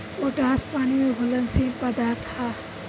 potash पानी में घुलनशील पदार्थ ह